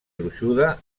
gruixuda